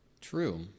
True